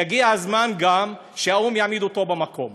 יגיע הזמן שהאו"ם יעמיד אותו במקום.